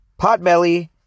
Potbelly